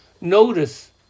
notice